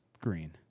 green